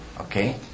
Okay